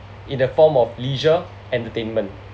in the form of leisure entertainment